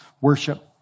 worship